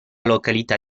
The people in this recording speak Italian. località